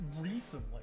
recently